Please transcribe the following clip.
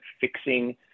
fixing